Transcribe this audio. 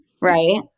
right